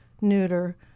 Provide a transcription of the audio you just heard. neuter